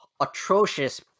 atrocious